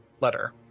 letter